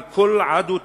על כל עדותיהם,